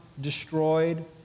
destroyed